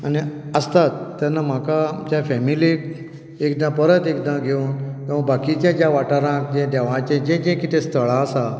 आसताच तेन्ना म्हाका आमच्या फेमिलीक एकदां परत एकदां घेवन तो बाकीचे जे वाठारांत देवाचें जें जें कितें स्थळां आसा